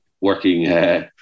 working